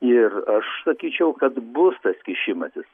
ir aš sakyčiau kad bus tas kišimasis